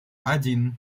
один